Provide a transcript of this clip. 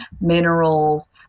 minerals